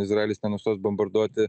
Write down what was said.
izraelis nenustos bombarduoti